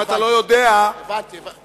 הבנתי, הבנתי.